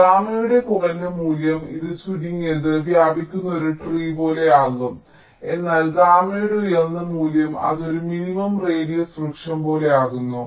അതിനാൽ ഗാമയുടെ കുറഞ്ഞ മൂല്യം ഇത് ചുരുങ്ങിയത് വ്യാപിക്കുന്ന ഒരു ട്രീ പോലെയാകും എന്നാൽ ഗാമയുടെ ഉയർന്ന മൂല്യം അത് ഒരു മിനിമം റേഡിയസ് വൃക്ഷം പോലെയാകുന്നു